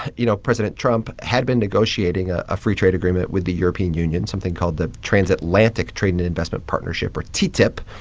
you know, president trump had been negotiating a free trade agreement with the european union, something called the transatlantic trade and investment partnership or t-tip.